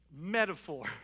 metaphor